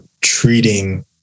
treating